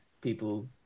people